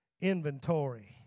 inventory